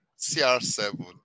CR7